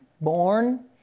born